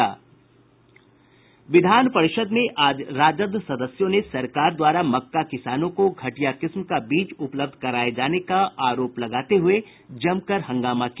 विधान परिषद् में आज राजद सदस्यों ने सरकार द्वारा मक्का किसानों को घटिया किस्म का बीज उपलब्ध कराये जाने का आरोप लगाते हुए जमकर हंगामा किया